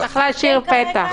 צריך להשאיר פתח.